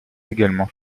également